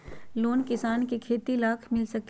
Loan किसान के खेती लाख मिल सकील?